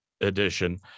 edition